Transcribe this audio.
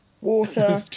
water